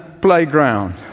playground